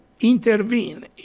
intervene